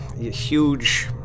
Huge